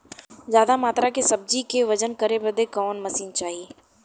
ज्यादा मात्रा के सब्जी के वजन करे बदे कवन मशीन चाही?